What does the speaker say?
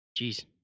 Jeez